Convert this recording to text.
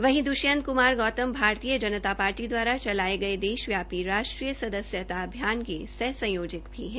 वहीं दृष्यंत कमार गौतम भारतीय जनता पार्टी द्वारा चलाए गए देशव्यापी राष्ट्रीय सदस्यता अभियान के सह संयोजक भी है